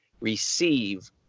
receive